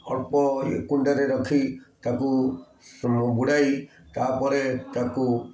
ଅଳ୍ପ ଏ କୁଣ୍ଡରେ ରଖି ତାକୁ ବୁଡ଼ାଇ ତାପରେ ତାକୁ